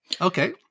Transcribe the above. Okay